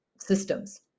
systems